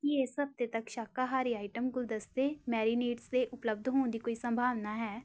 ਕੀ ਇਸ ਹਫ਼ਤੇ ਤੱਕ ਸ਼ਾਕਾਹਾਰੀ ਆਈਟਮ ਗੁਲਦਸਤੇ ਮੈਰੀਨੇਟਸ ਦੇ ਉਪਲੱਬਧ ਹੋਣ ਦੀ ਕੋਈ ਸੰਭਾਵਨਾ ਹੈ